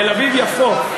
תל-אביב יפו.